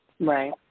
Right